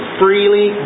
freely